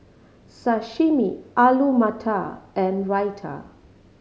Sashimi Alu Matar and Raita